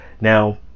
now